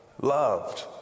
loved